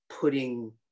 putting